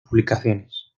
publicaciones